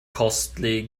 costly